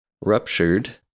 ruptured